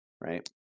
right